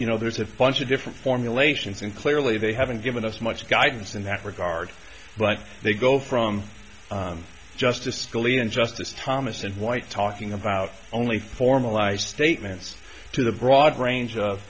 you know there's of punch a different formulations and clearly they haven't given us much guidance in that regard but they go from justice scalia and justice thomas and white talking about only formalized statements to the broad range of